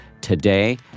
today